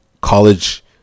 college